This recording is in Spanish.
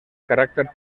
carácter